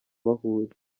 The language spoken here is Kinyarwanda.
bahuye